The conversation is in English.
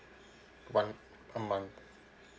one a month